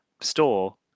store